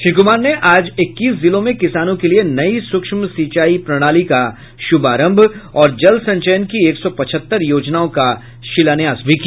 श्री कुमार ने आज इक्कीस जिलों में किसानों के लिये नयी सूक्ष्म सिंचाई प्रणाली का शुभारंभ और जल संचयन की एक सौ पचहत्तर योजनाओं का भी शिलान्यास किया